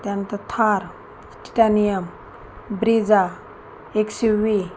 त्यानंतर Thar titanium Brezza XUV